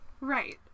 Right